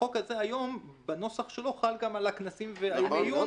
הצעת החוק הזאת בנוסח שלה היום חלה גם על הכנסים ועל ימי עיון,